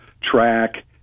track